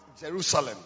Jerusalem